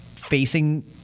Facing